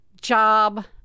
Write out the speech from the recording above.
job